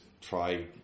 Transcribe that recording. try